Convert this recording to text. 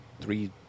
three